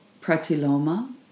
pratiloma